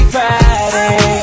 Friday